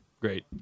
Great